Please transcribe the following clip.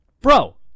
Bro